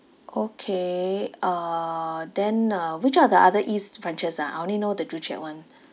okay uh then uh which are the other east franchise ah I only know the joo chiat [one]